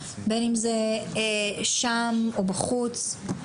בין אם זה שם או בחוץ.